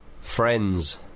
friends